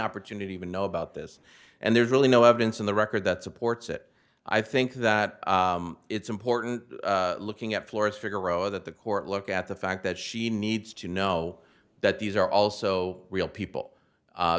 opportunity even know about this and there's really no evidence in the record that supports it i think that it's important looking at florence figaro that the court look at the fact that she needs to know that these are also real people